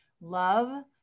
love